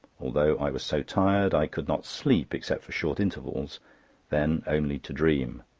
although i was so tired, i could not sleep except for short intervals then only to dream.